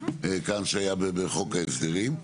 שהיה בחוק ההסדרים,